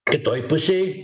kitoj pusėj